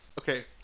Okay